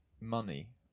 money